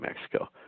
Mexico